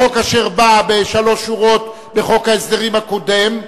בחוק אשר בא בשלוש שורות בחוק ההסדרים הקודם,